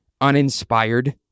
uninspired